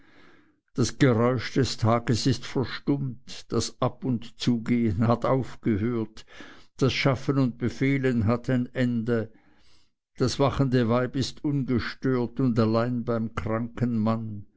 das geräusch des tages ist verstummt das ab und zugehen hat aufgehört das schaffen und befehlen hat ein ende das wachende weib ist ungestört und alleine beim kranken manne